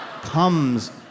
comes